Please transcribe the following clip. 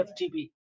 ftp